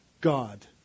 God